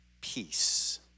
peace